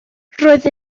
roedd